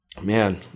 man